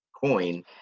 coin